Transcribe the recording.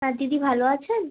হ্যাঁ দিদি ভাল আছেন